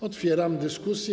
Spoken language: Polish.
Otwieram dyskusję.